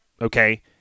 Okay